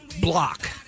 block